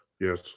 Yes